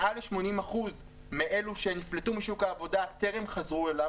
מעל 80% מאלו שנפלטו משוק העבודה טרם חזרו אליו.